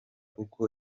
uko